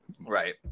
Right